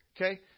Okay